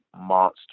monster